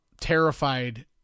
terrified